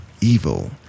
evil